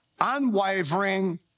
unwavering